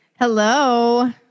Hello